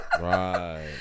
Right